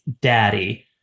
daddy